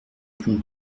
pont